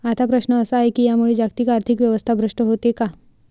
आता प्रश्न असा आहे की यामुळे जागतिक आर्थिक व्यवस्था भ्रष्ट होते का?